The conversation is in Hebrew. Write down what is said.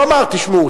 והוא אמר: תשמעו,